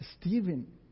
Stephen